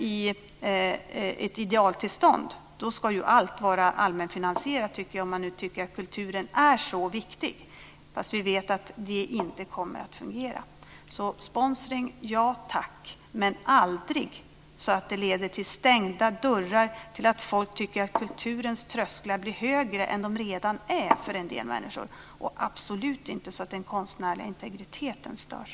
I ett idealtillstånd, om man nu tycker att kulturen är så viktig, ska allt vara allmänfinansierat. Fast vi vet att det inte kommer att fungera. Ja tack till sponsring, men aldrig så att det leder till stängda dörrar, till att folk tycker att kulturens trösklar blir högre än de redan är för en del människor och absolut inte så att den konstnärliga integriteten störs.